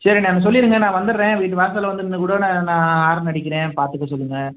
சரிண்ணே சொல்லிடுங்க நான் வந்துடுறேன் வீட்டு வாசலில் வந்து நின்று கூட நான் நான் ஹாரன் அடிக்கின்றேன் பார்த்துக்க சொல்லுங்கள்